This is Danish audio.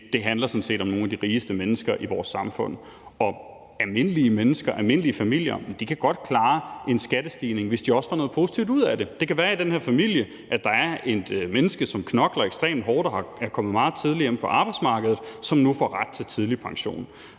det sådan set om nogle af de rigeste mennesker i vores samfund. Almindelige mennesker, almindelige familier, kan godt klare en skattestigning, hvis de også får noget positivt ud af den. Det kan være, at der i den her familie er et menneske, som knokler ekstremt hårdt, og som er kommet meget tidligt ind på arbejdsmarkedet, som nu får ret til tidlig pension.